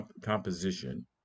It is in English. composition